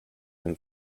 them